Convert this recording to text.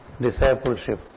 discipleship